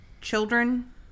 children